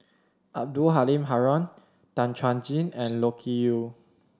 Abdul Halim Haron Tan Chuan Jin and Loke Yew